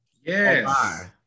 Yes